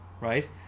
right